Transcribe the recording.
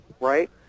Right